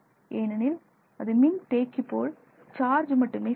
ஏனெனில் அது மின்தேக்கி போல் சார்ஜ் மட்டுமே செய்யும்